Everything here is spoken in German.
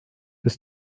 ist